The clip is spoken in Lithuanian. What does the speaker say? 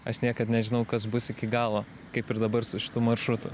aš niekad nežinau kas bus iki galo kaip ir dabar su šitu maršrutu